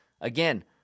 Again